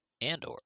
andor